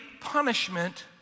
punishment